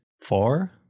four